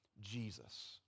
Jesus